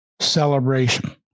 celebration